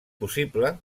possible